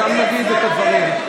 שם נגיד את הדברים.